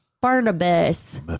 Barnabas